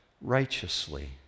righteously